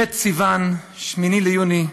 ב' בסיוון, 8 ביוני,